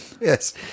Yes